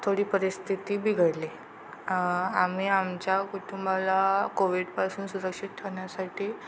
थोडी परिस्थिती बिघडली आम्ही आमच्या कुटुंबाला कोविडपासून सुरक्षित ठेवण्यासाठी